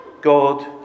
God